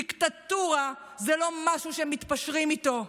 דיקטטורה זה לא משהו שמתפשרים איתו.